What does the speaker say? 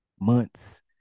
months